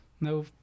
no